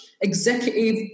executive